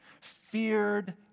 feared